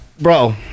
bro